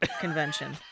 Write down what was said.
convention